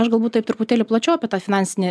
aš galbūt taip truputėlį plačiau apie tą finansinį